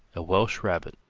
a welsh rabbit,